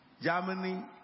Germany